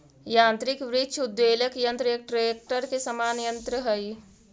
यान्त्रिक वृक्ष उद्वेलक यन्त्र एक ट्रेक्टर के समान यन्त्र हई